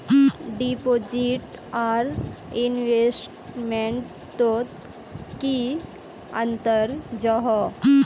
Deposit आर investment तोत की अंतर जाहा?